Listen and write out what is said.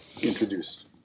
introduced